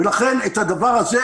לכן את הדבר הזה,